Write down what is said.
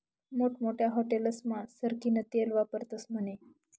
मोठमोठ्या हाटेलस्मा सरकीनं तेल वापरतस म्हने